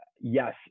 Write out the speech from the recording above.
yes